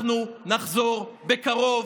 אנחנו נחזור בקרוב.